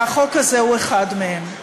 והחוק הזה הוא אחד מהם.